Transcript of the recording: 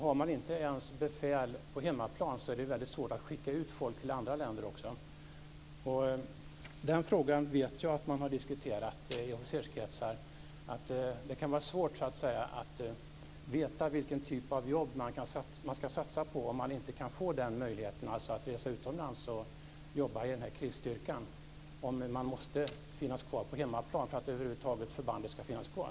Har man inte ens befäl på hemmaplan är det väldigt svårt att också skicka folk till andra länder. Den frågan vet jag att man har diskuterat i officerskretsar. Det kan vara svårt att veta vilken typ av jobb man ska satsa på om man inte kan få möjligheten att resa utomlands och jobba i krisstyrkan utan måste finnas kvar på hemmaplan för att förbandet över huvud taget ska finnas kvar.